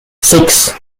six